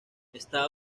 está